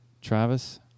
Travis